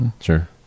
Sure